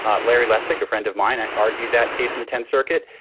um larry lessig, a friend of mine, argued that case in the tenth circuit.